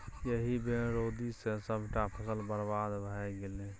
एहि बेर रौदी सँ सभटा फसल बरबाद भए गेलै